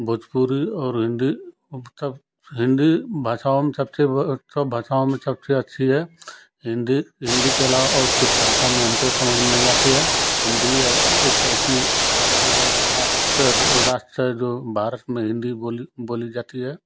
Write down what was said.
भोजपुरी और हिंदी सब हिंदी भाषाओं में सबसे सब भाषाओं में सबसे अच्छी है हिंदी हिंदी के अलावा और कुछ भाषा में हमको समझ में नहीं आती है हिंदी एक ऐसी भारत में हिंदी बोली जाती है